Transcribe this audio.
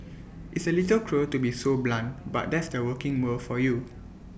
it's A little cruel to be so blunt but that's the working world for you